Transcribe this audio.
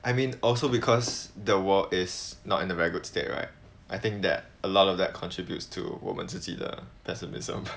I mean also because the world is not in the very good state right I think that a lot of that contributes to 我们自己的 pessimism